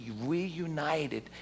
reunited